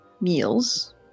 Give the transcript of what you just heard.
meals